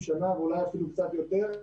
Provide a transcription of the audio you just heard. שנה ואולי אפילו קצת יותר,